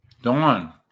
Dawn